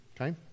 Okay